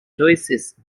choices